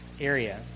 area